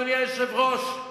אדוני היושב-ראש,